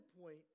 point